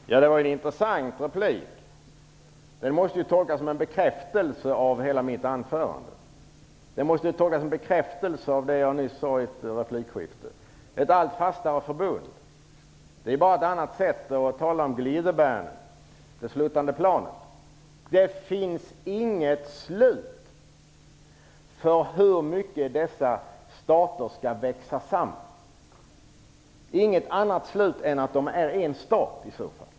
Fru talman! Det var en intressant replik. Den måste ju tolkas som en bekräftelse av hela mitt anförande. Den måste tolkas som en bekräftelse av det jag nyss sade i ett replikskifte. Att tala om ett allt fastare förbund är ju bara ett annat sätt att tala om glidebanen, det sluttande planet. Det finns inget slut för hur mycket dessa stater skall växa samman. Det finns inget annat slut än att det blir en stat.